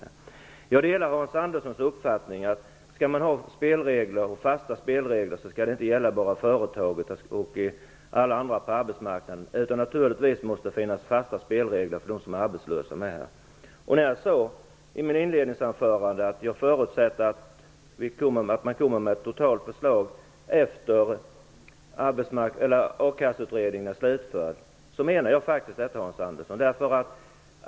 Först vill jag ta upp Hans Anderssons uppfattning om att fasta spelregler inte bara skall gälla för företagen och för alla andra på arbetsmarknaden. Naturligtvis måste det också finnas fasta spelregler för de arbetslösa. När jag i mitt inledningsanförande sade att jag förutsätter att man kommer med ett totalt förslag efter att a-kassseutredningen är slutförd så menade jag faktiskt det, Hans Andersson.